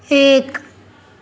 ایک